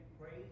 praise